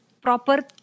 proper